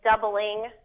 doubling